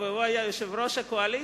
סיעתו, והוא היה יושב-ראש הקואליציה,